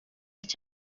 cyane